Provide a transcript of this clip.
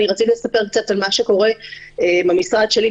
רציתי קצת לספר על מה שקורה במשרד שלי,